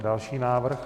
Další návrh?